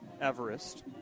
Everest